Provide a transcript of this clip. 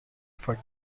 for